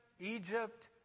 Egypt